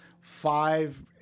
Five